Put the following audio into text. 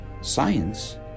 Science